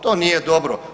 To nije dobro.